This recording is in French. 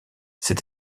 cette